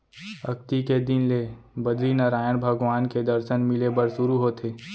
अक्ती के दिन ले बदरीनरायन भगवान के दरसन मिले बर सुरू होथे